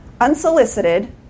Unsolicited